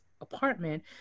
apartment